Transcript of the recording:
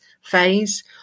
phase